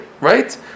right